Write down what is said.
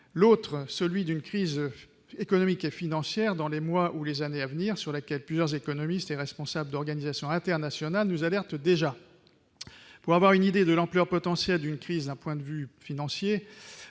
l'autre, celui d'une crise économique et financière dans les mois ou les années à venir, sur laquelle plusieurs économistes et responsables d'organisations internationales nous alerte déjà pour avoir une idée de l'ampleur potentielle d'une cuisse, d'un point de vue financier,